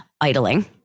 idling